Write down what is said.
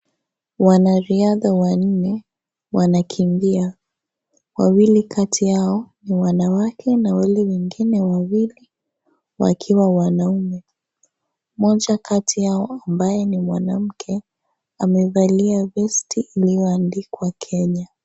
Wanariadha wanne wanakimbia, wawili kati yao ni wanawake na wale wengine wawili wakiwa wanaume. Mmoja kati yao ambaye ni mwanamke amevalia vestii liyoandikwa Kenya.